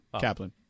Kaplan